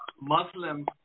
Muslim